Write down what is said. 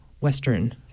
western